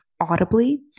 audibly